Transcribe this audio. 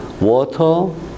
water